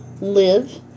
Live